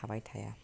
थाबाय थाया